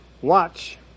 Watch